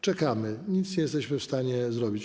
Czekamy, nic nie jesteśmy w stanie zrobić.